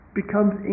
becomes